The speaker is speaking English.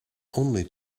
only